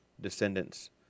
descendants